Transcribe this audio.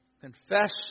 Confess